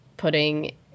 putting